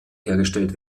hergestellt